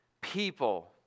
people